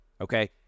Okay